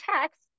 text